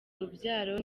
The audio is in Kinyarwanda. urubyaro